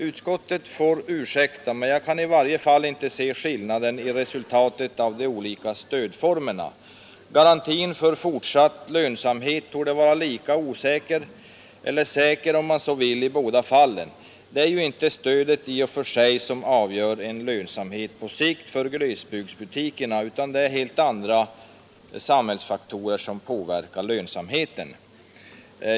Utskottet får ursäkta, men jag kan i varje fall inte se skillnaden i resultatet av de olika stödformerna. Garantin för fortsatt lönsamhet torde vara lika osäker — eller säker, om man så vill — i båda fallen. Det är ju inte stödet i och för sig som avgör en lönsamhet på sikt för glesbygdsbutikerna, utan det är helt andra samhällsfaktorer som påverkar lönsamheten.